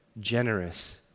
generous